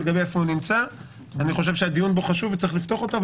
אני חושב שהדיון בו חשוב וצריך לפתוח אותו,